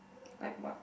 I what